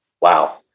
wow